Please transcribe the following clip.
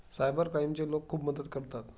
cyber क्राईमचे लोक खूप मदत करतात